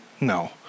No